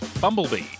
Bumblebee